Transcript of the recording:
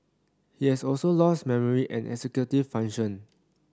he has also lost memory and executive function